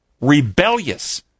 rebellious